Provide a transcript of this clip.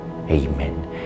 Amen